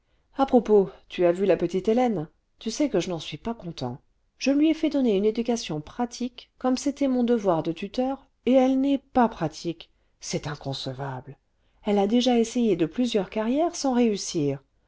a propos tu as vu la petite hélène tù sais que je n'en suis pas content je lui ai fait donner une éducation pratique comme c'était mon devoir de tuteur et elle n'est pas pratique c'est inconcevable elle a déjà essayé de plusieurs carrières sans réussir